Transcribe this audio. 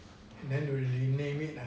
then they rename it lah